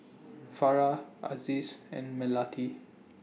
Farah Aziz and Melati